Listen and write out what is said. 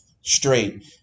straight